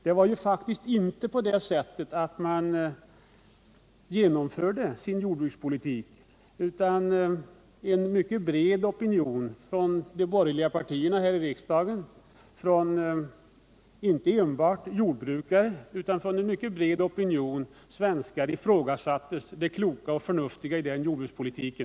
Man genomförde faktiskt inte sin jordbrukspolitik, utan en mycket bred opinion från de borgerliga partierna här i riksdagen, bestående av inte enbart jordbrukare, ifrågasatte det kloka och förnuftiga i denna politik.